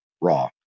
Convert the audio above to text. raw